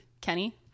Kenny